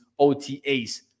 OTAs